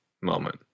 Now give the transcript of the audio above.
moment